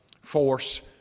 force